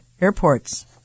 airports